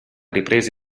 ripresa